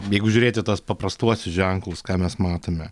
jeigu žiūrėti tuos paprastuosius ženklus ką mes matome